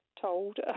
told